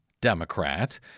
Democrat